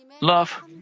love